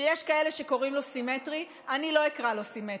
שיש כאלה שקוראים לו "סימטרי" אני לא אקרא לו "סימטרי".